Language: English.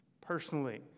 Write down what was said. Personally